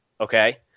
Okay